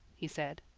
he said.